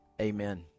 Amen